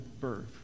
birth